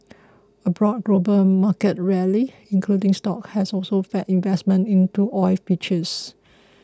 a broad global market rally including stocks has also fed investment into oil futures